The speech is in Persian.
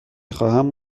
خواهم